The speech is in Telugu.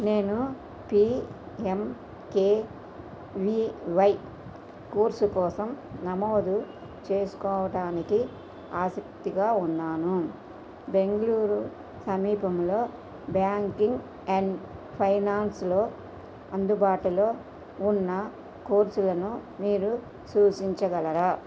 నేను పిఎంకెవివై కోర్సు కోసం నమోదు చేసుకోవడానికి ఆసక్తిగా ఉన్నాను బెంగళూరు సమీపంలో బ్యాంకింగ్ అండ్ ఫైనాన్స్లో అందుబాటులో ఉన్న కోర్సులను మీరు సూచించగలరా